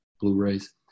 Blu-rays